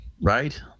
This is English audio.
right